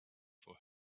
for